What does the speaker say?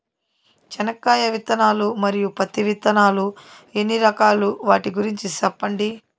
చెనక్కాయ విత్తనాలు, మరియు పత్తి విత్తనాలు ఎన్ని రకాలు వాటి గురించి సెప్పండి?